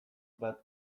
bat